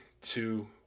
two